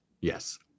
Yes